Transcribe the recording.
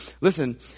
Listen